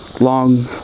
long